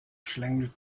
schlängelt